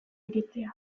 iritzia